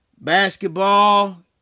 basketball